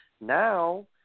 now